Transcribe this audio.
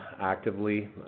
actively